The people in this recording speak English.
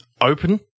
open